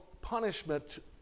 punishment